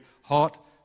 Hot